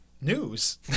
News